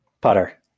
Putter